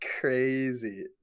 crazy